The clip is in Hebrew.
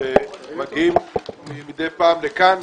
החליטה לאשר את העמותות הבאות לפי סעיף 46 לפקודת מס הכנסה: